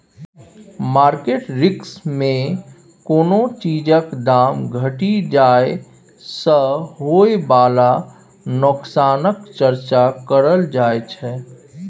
market risk मे कोनो चीजक दाम घटि जाइ सँ होइ बला नोकसानक चर्चा करल जाइ छै